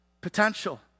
potential